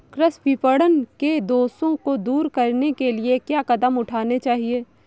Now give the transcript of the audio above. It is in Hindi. कृषि विपणन के दोषों को दूर करने के लिए क्या कदम उठाने चाहिए?